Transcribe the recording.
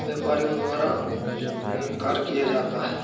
व्यापारियों द्वारा कार्य किया जाता है